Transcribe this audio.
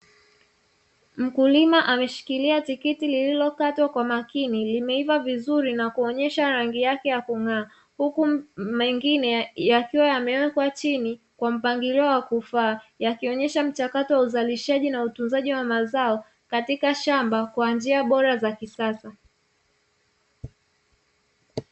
Mkulima ameshikilia tikiti lililokatwa kwa makini lilokatwa kwa makini ,limeiva vizuri na kuonesha rangi yake ya kung’aa huku mengine yakiwa yamewekwa chini kwa mpangilio wa kufaa, yakionesha mchakato wa uzalishaji na utunzaji wa mazao katika shamba kwa njia bora za kisasa.